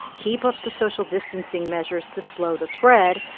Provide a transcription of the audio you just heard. keep up the social distancing measures to slow the spread.